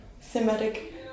thematic